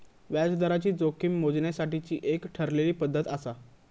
व्याजदराची जोखीम मोजण्यासाठीची एक ठरलेली पद्धत आसा